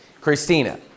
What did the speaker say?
Christina